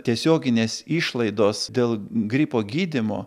tiesioginės išlaidos dėl gripo gydymo